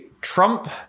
Trump